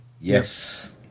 Yes